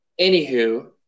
anywho